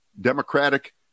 democratic